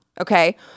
okay